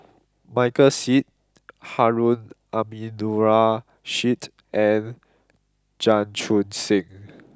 Michael Seet Harun Aminurrashid and Chan Chun Sing